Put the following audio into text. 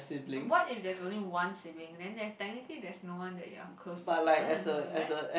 um what if there's only one sibling then there technically there is no one that you are close to other than her right